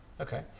Okay